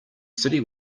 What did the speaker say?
city